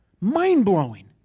Mind-blowing